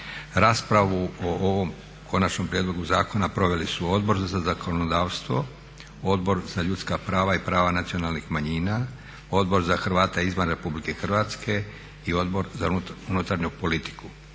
Raspravu o ovom konačnom prijedlogu zakona proveli su Odbor za zakonodavstvo, Odbor za ljudska prava i prava nacionalnih manjina, Odbor za Hrvate izvan RH i Odbor za unutarnju politiku.